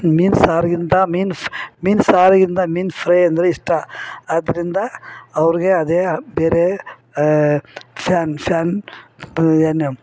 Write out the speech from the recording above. ಮೀನು ಸಾರಿಗಿಂತ ಮೀನು ಫ್ ಮೀನು ಸಾರಿಗಿಂತ ಮೀನು ಫ್ರೈ ಅಂದರೆ ಇಷ್ಟ ಆದ್ರಿಂದ ಅವ್ರಿಗೆ ಅದೆ ಬೇರೆ ಫ್ಯಾನ್ ಫ್ಯಾನ್ ಏನು